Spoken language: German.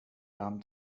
darm